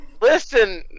Listen